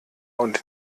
und